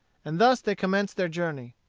and thus they commenced their journey.